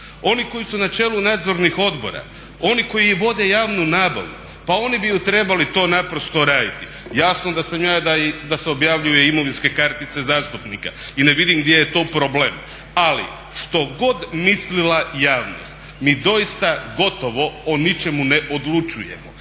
Oni koji su na čelu nadzornih odbora, oni koji vode javnu nabavu pa oni bi trebali to naprosto raditi. Jasno da sam ja da se objavljuje imovinske kartice zastupnika i ne vidim gdje je tu problem ali što god mislila javnost mi doista gotovo o ničemu ne odlučujemo